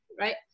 right